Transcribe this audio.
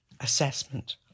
assessment